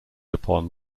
upon